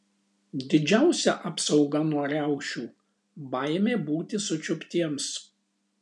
didžiausia apsauga nuo riaušių baimė būti sučiuptiems